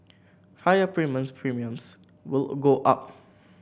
higher premiums Premiums will go up